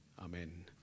amen